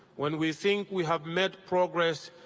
when we think we have met progress,